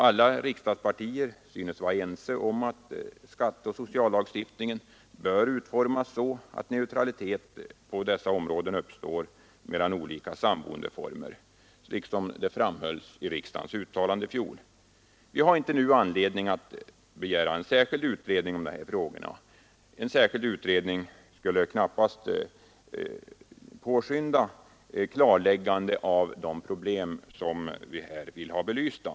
Alla riksdagspartier synes vara ense om att skatteoch sociallagstiftningen bör utformas så, att neutralitet på dessa områden uppstår mellan olika samboendeformer, såsom det framhölls i riksdagens uttalande i fjol. Vi har inte nu anledning att begära en särskild utredning om de här frågorna. En sådan skulle ju knappast påskynda klarläggandet av de problem som vi vill ha belysta.